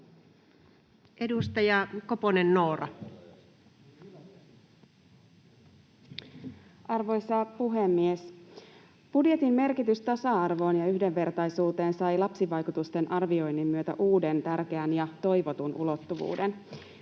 12:40 Content: Arvoisa puhemies! Budjetin merkitys tasa-arvon ja yhdenvertaisuuden kannalta sai lapsivaikutusten arvioinnin myötä uuden tärkeän ja toivotun ulottuvuuden.